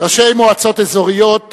ראשי מועצות אזוריות ואחרונים,